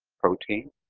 protein,